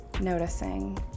noticing